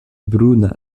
bruna